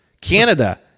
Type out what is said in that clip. Canada